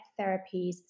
therapies